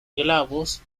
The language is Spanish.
glabros